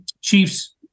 chiefs